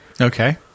Okay